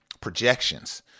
projections